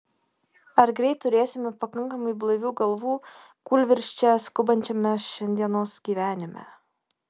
ar greit turėsime pakankamai blaivių galvų kūlvirsčia skubančiame šiandienos gyvenime